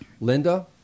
Linda